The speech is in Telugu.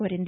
కోరింది